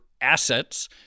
assets